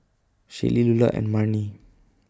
Shaylee Lular and Marni